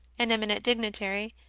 an eminent dignitary,